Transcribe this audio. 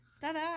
Ta-da